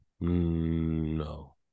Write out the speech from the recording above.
No